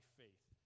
faith